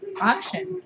auction